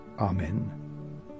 Amen